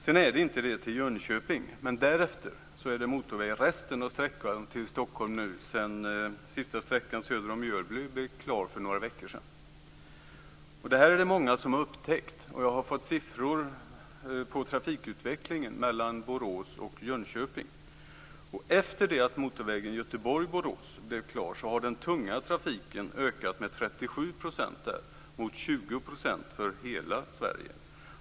Sedan är det inte det till Jönköping, men därefter är det numera motorväg resten av sträckan till Stockholm. Den sista sträckan söder om Mjölby blev klar för några veckor sedan. Detta är det många som har upptäckt. Och jag har fått siffror över trafikutvecklingen som gäller trafiken mellan Borås och Jönköping. Och efter det att motorvägen Göteborg-Borås blev klar har den tunga trafiken ökat med 37 % mot 20 % för hela Sverige.